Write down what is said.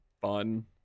fun